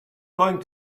going